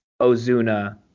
ozuna